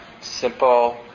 simple